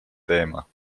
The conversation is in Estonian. teema